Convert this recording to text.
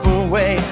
away